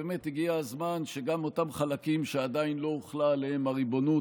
באמת הגיע הזמן שגם אותם חלקים שעדיין לא הוחלה עליהם הריבונות,